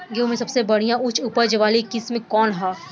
गेहूं में सबसे बढ़िया उच्च उपज वाली किस्म कौन ह?